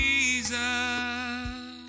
Jesus